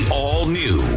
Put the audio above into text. all-new